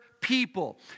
people